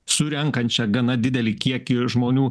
surenkančią gana didelį kiekį žmonių